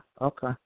Okay